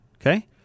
Okay